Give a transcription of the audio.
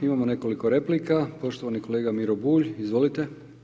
Imamo nekoliko replika, poštovani kolega Miro Bulj, izvolite.